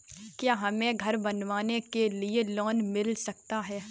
क्या हमें घर बनवाने के लिए लोन मिल सकता है?